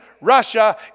Russia